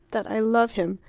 that i love him.